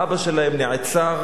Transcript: האבא שלהם נעצר